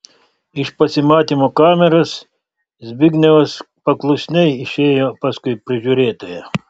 iš pasimatymo kameros zbignevas paklusniai išėjo paskui prižiūrėtoją